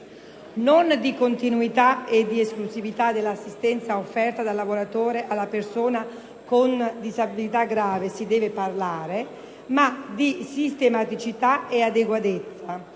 Non di «continuità» e di «esclusività» dell'assistenza offerta dal lavoratore alla persona con disabilità grave si deve parlare, ma di «sistematicità e adeguatezza».